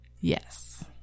Yes